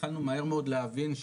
התחלנו מהר מאוד להבין,